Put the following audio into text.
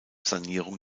sanierung